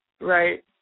right